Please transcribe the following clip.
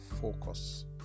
focus